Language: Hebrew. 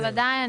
בוודאי.